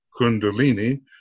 kundalini